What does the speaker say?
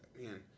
man